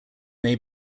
may